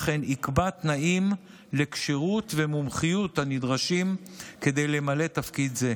וכן יקבע תנאים לכשירות ומומחיות הנדרשים כדי למלא תפקיד זה.